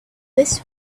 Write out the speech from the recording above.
this